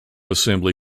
assembly